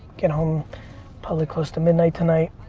get home probably close to midnight tonight.